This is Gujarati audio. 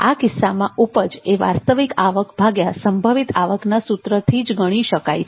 આ કિસ્સામાં ઉપજ એ વાસ્તવિક આવક ભાગ્યા સંભવિત આવકના સૂત્રથી જ ગણી શકાય છે